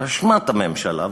באשמת הממשלה,